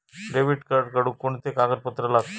Debit card काढुक कोणते कागदपत्र लागतत?